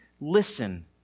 listen